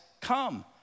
come